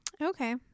Okay